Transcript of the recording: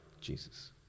Jesus